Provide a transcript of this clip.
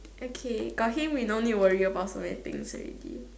okay got him we no need worry about so many things already